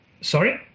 Sorry